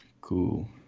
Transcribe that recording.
cool